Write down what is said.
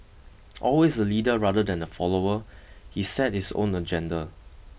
always a leader rather than a follower he set his own agenda